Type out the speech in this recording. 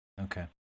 Okay